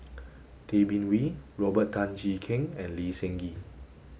Tay Bin Wee Robert Tan Jee Keng and Lee Seng Gee